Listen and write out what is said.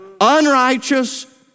Unrighteous